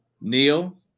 Neil